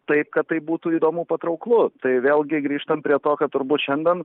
taip kad tai būtų įdomu patrauklu tai vėlgi grįžtant prie to ką turbūt šiandien